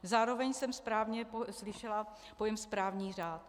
Zároveň jsem správně slyšela pojem správní řád.